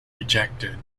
rejected